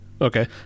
Okay